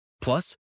Plus